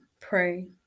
pray